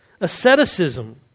asceticism